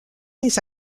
les